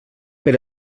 per